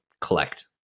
collect